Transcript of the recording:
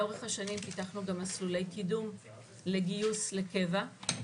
לאורך השנים פיתחנו גם מסלולי קידום לגיוס לקבע.